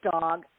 dog